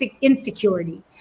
insecurity